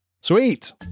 sweet